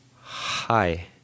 hi